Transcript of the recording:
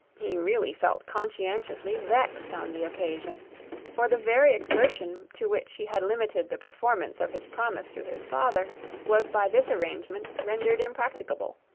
he really felt conscientiously vexed on the occasion for the very exertion to which he had limited the performance of his promise to his father was by this arrangement rendered impracticable